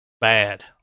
Bad